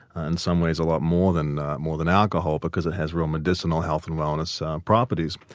and some ways, a lot more than more than alcohol because it has real medicinal health and wellness properties.